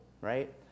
right